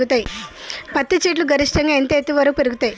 పత్తి చెట్లు గరిష్టంగా ఎంత ఎత్తు వరకు పెరుగుతయ్?